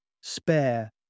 Spare